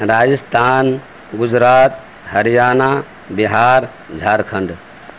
Rajasthan Gujarat Haryana Bihar Jharkhand